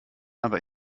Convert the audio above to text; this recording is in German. aber